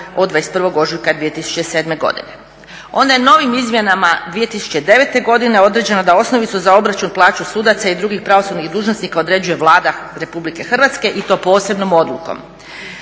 od 21. ožujka 2007. godine. Onda je novim izmjenama 2009. godine određeno da osnovicu za obračun plaća sudaca i drugih pravosudnih dužnosnika određuje Vlada Republike Hrvatske i to posebnom odlukom.